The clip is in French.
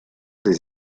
des